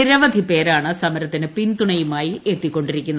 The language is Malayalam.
നിരവധി പേരാണ് സമരത്തിന് പിന്തുണയുമായി എത്തിക്കൊണ്ടിരിക്കുന്നത്